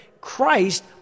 Christ